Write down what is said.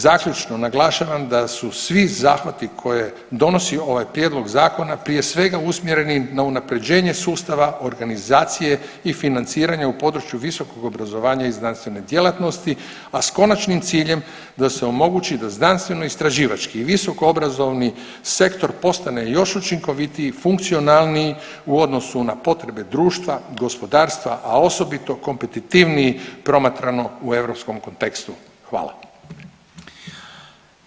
Zaključno, naglašavam da su svi zahvati koje donosi ovaj prijedlog zakona prije svega usmjereni na unaprjeđenje sustava, organizacije i financiranja u području visokog obrazovanja i znanstvene djelatnosti, a s konačnim ciljem da se omogući da znanstvenoistraživački i visokoobrazovni sektor postane još učinkovitiji i funkcionalniji u odnosu na potrebe društva, gospodarstva, a osobito kompetitivniji promatrano u europskom kontekstu, hvala.